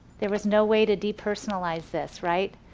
there was no way to depersonalize this, right.